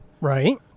Right